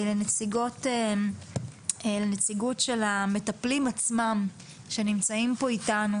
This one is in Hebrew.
לנציגות של המטפלים עצמם שנמצאים פה איתנו,